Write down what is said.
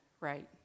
right